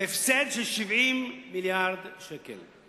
ולהפסד של 70 מיליארד שקל.